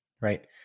right